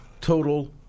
total